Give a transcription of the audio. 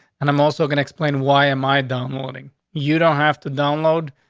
and i'm also gonna explain why am i downloading? you don't have to download,